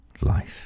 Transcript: life